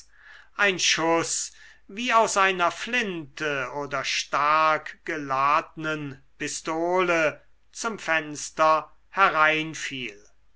ein schuß wie aus einer flinte oder stark geladnen pistole zum fenster herein